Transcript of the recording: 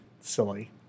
silly